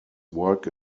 work